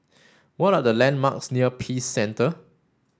what are the landmarks near Peace Centre